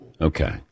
Okay